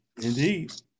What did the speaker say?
Indeed